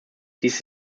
dies